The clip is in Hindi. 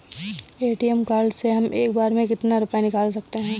ए.टी.एम कार्ड से हम एक बार में कितना रुपया निकाल सकते हैं?